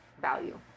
value